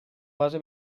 base